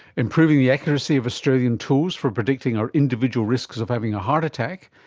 improving the accuracy of australian tools for predicting our individual risks of having a heart attack.